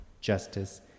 justice